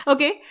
Okay